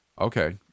Okay